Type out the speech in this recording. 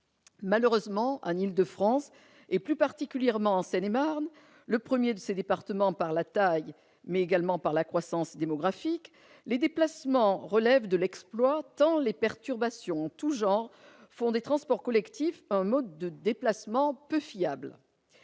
Malheureusement, en Île-de-France, et plus particulièrement en Seine-et-Marne, le premier de ses départements par la taille, mais également par la croissance démographique, les déplacements relèvent de l'exploit tant les perturbations en tous genres font des transports collectifs un mode de déplacement peu fiable.